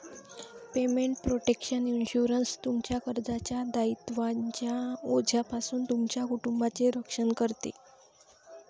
payment protection insurance, तुमच्या कर्जाच्या दायित्वांच्या ओझ्यापासून तुमच्या कुटुंबाचे रक्षण करते